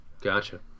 Gotcha